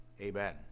amen